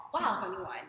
Wow